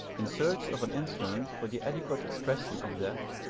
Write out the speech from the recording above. in search of an instrument for the adequate expression of that,